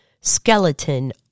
skeleton